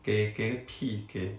gehgehkigeh